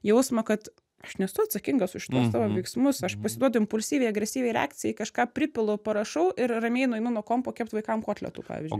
jausmą kad aš nesu atsakingas už tuos savo veiksmus aš pasiduodu impulsyviai agresyviai reakcijai kažką pripilu parašau ir ramiai nueinu nuo kompo kept vaikam kotletų pavyzdžiui